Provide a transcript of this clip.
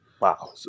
Wow